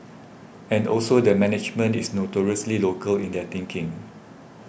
and also the management is notoriously local in their thinking